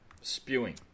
spewing